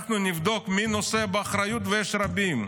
אנחנו נבדוק מי נושא באחריות, ויש רבים,